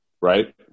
right